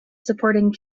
supporting